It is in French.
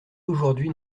aujourd’hui